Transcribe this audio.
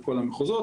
המחוזות.